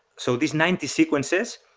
so these ninety sequences,